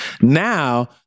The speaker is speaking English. Now